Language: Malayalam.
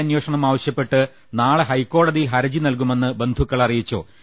ഐ അന്വേഷണം ആവശ്യപ്പെട്ട് നാളെ ഹൈക്കോടതിയിൽ ഹർജി നൽകുമെന്ന് ബന്ധുക്കൾ അറിയിച്ചു